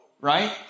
Right